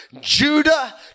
Judah